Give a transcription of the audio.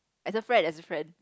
as a friend as a friend